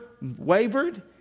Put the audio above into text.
wavered